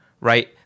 right